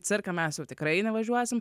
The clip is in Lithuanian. cirką mes jau tikrai nevažiuosim